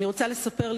אני רוצה לספר,